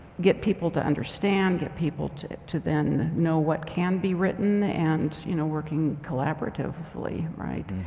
get people to understand, get people to to then know what can be written and you know working collaboratively right.